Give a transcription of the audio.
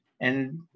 And-